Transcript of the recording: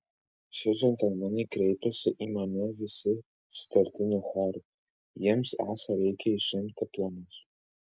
šie džentelmenai kreipėsi į mane visi sutartiniu choru jiems esą reikia išimti planus